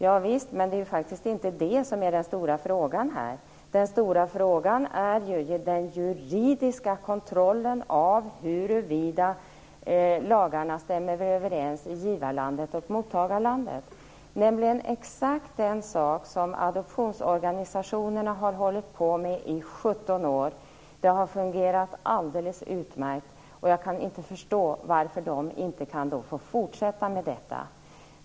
Javisst, men det är inte det som är den stora frågan här. Det gäller ju den juridiska kontrollen av huruvida lagarna stämmer överens i givarlandet och i mottagarlandet. Detta är exakt den sak som adoptionsorganisationerna har hållit på med i 17 år, och det har fungerat alldeles utmärkt. Jag kan inte förstå varför de inte kan få fortsätta med detta.